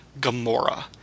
Gamora